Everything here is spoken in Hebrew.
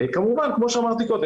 כמובן כמו שאמרתי קודם,